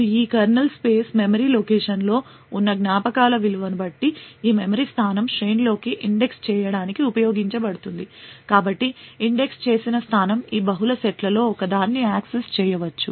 ఇప్పుడు ఈ kernel space memory లొకేషన్లో ఉన్న జ్ఞాపకాల విలువను బట్టి ఈ మెమరీ స్థానం శ్రేణిలోకి ఇండెక్స్ చేయడానికి ఉపయోగించబడుతుంది కాబట్టి ఇండెక్స్ చేసిన స్థానం ఈ బహుళ సెట్లలో ఒకదాన్ని యాక్సెస్ చేయవచ్చు